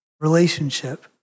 relationship